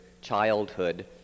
childhood